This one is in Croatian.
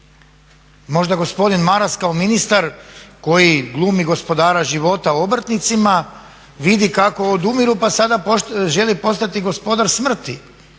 Možda gospodin Maras kao ministar koji glumi gospodara života obrtnicima vidi kako odumiru pa sada želi postati gospodar smrti